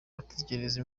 bategereze